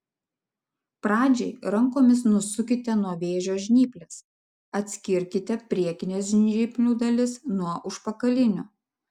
pradžiai rankomis nusukite nuo vėžio žnyples atskirkite priekines žnyplių dalis nuo užpakalinių